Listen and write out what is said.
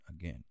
again